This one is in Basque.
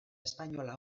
espainola